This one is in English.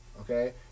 okay